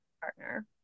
partner